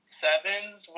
sevens